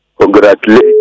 congratulate